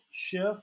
shift